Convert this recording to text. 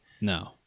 No